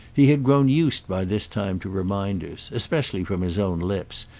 he had grown used by this time to reminders, especially from his own lips,